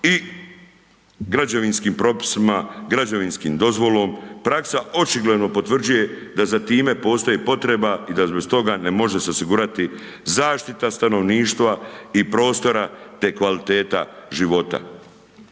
I građevinskim propisima, građevinskom dozvolom, praksa očigledno potvrđuje da za time postoji potreba i da bez toga ne može se osigurati zaštita stanovništva i prostora te kvaliteta života.